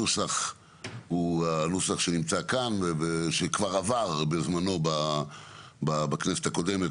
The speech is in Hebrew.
הנוסח שנמצא כאן הוא נוסח שכבר עבר בכנסת הקודמת,